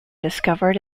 discovered